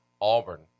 Auburn